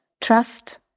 trust